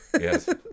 Yes